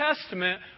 Testament